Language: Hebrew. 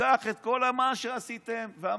ניקח את כל מה שעשיתם, ואמרתי,